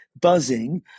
buzzing